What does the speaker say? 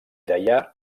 deià